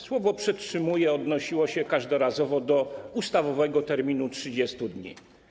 Słowo „przetrzymuje” odnosiło się każdorazowo do ustawowego terminu 30 dni.